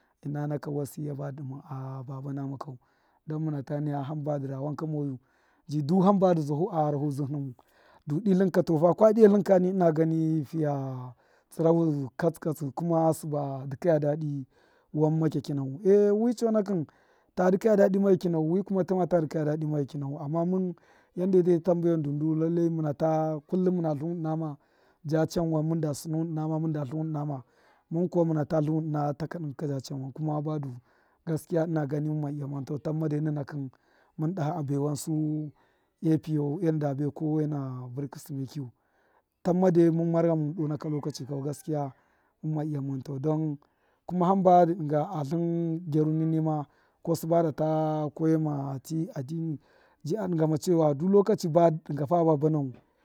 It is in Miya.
Ṫna naka wasiya badṫ badṫ dṫma a baba nama kau don muna ta naya hamba dṫ ra wanka mayu, ji du hamba dṫ zima hu a gharahozdṫhṫ nahu to dṫtlṫn katsṫ katsṫ fa kwa dṫya tlṫn ka fiya daha piyatṫ gwahi nahum e wi chonakṫn ta daha piyatṫ gwahi nahu wi kuwa tṫma daha pṫyatu, amma mun wane te tambe wan du kullum muna sunuwun ṫna ma mun da titiwun ṫna ma, mun kuwa muna tluwun ṫna taka dṫngṫ ka ja chanwan kume badu gaskiya ina ganin muna ta naya duma iya manu tamma dai a bewan su epṫyo ena da bai kowaina vṫrkṫ sṫmayu tamma dai mun mar ghamwun don naka lokachi kau gaskiya munima iya mantau, don kuma hamba dṫ dṫnga mantau, kuma hamba dṫ dṫnga a tlṫn gyaruni nima ko sṫba data gyagyṫya ma addini ji a dṫngama nu du lokachi ba dṫnga fa baba nafu.